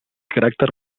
caràcter